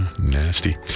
Nasty